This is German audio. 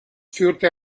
führte